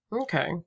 Okay